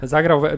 Zagrał